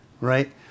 Right